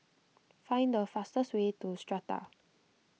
find the fastest way to Strata